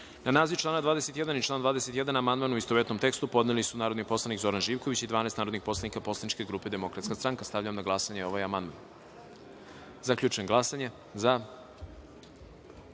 naziv člana 21. i član 21. amandman, u istovetnom tekstu, podneli su narodni poslanik Zoran Živković i 12 narodnih poslanika poslaničke grupe DS.Stavljam na glasanje ovaj amandman. Zaključujem glasanje: za